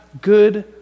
good